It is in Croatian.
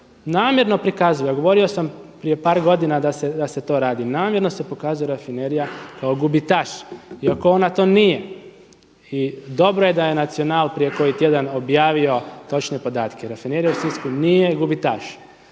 Namjerno prikazuje, a govorio sam prije par godina da se to radi, namjerno se pokazuje rafinerija kao gubitaš iako ona to nije. I dobro je da je Nacional prije koji tjedan objavio točne podatke. Rafinerija u Sisku nije gubitaš